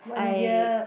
I